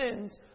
sins